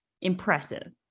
impressive